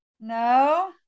No